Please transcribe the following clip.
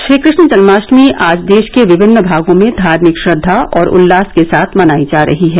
श्रीकृष्ण जनमाष्टमी आज देश के विमिन्न भागों में धार्मिक श्रद्वा और उल्लास के साथ मनायी जा रही है